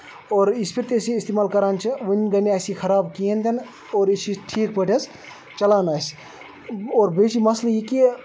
اور اتھ پٲٹھۍ أسۍ یہِ اِستعمال کران چھِ وۄنۍ گٔیے نہٕ اَسہِ یہِ خراب کِہینۍ تہِ نہٕ اور أسۍ چھِ یہِ ٹھیٖک پٲٹھۍ حظ چلان اَسہِ اور بیٚیہِ چھُ مَسلہٕ یہِ کہِ